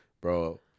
bro